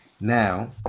Now